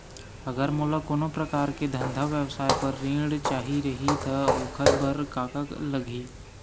अगर मोला कोनो प्रकार के धंधा व्यवसाय पर ऋण चाही रहि त ओखर बर का का लगही?